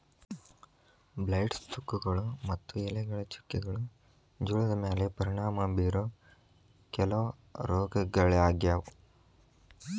blights, ತುಕ್ಕುಗಳು ಮತ್ತು ಎಲೆಗಳ ಚುಕ್ಕೆಗಳು ಜೋಳದ ಮ್ಯಾಲೆ ಪರಿಣಾಮ ಬೇರೋ ಕೆಲವ ರೋಗಗಳಾಗ್ಯಾವ